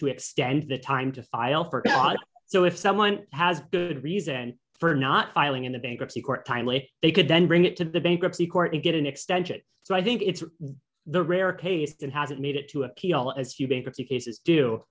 to extend the time to file for god so if someone has good reason for not filing in the bankruptcy court file if they could then bring it to the bankruptcy court to get an extension so i think it's the rare case that has made it to appeal as you think a few cases do